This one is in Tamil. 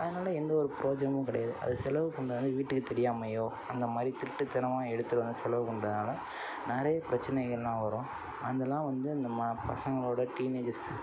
அதனால் எந்த ஒரு பிரோஜனமும் கிடையாது அது செலவு பண்ணுறது வந்து வீட்டுக்கு தெரியாமயோ அந்தமாதிரி திருட்டுத்தனமாக எடுத்துகிட்டு வந்து செலவு பண்ணுறதனால நிறைய பிரச்சனைகள்லாம் வரும் அதெல்லாம் வந்து அந்த பசங்களோட டீனேஜஸ்